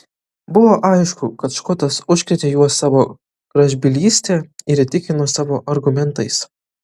buvo aišku kad škotas užkrėtė juos savo gražbylyste ir įtikino savo argumentais